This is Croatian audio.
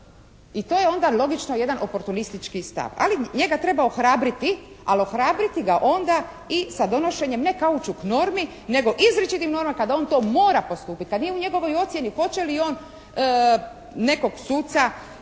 i to je onda logično jedan oportunistički stav. Ali njega treba ohrabriti, ali ohrabriti ga onda i sa donošenjem ne kaučuk normi nego izričitim normama kada on to mora postupati, kad nije u njegovoj ocjeni hoće li on nekog suca